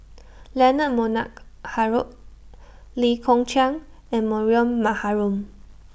Leonard Montague Harrod Lee Kong Chian and Mariam Maharom